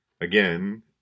Again